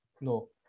No